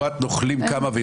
טוריה וקלשון,